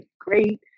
great